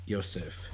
Yosef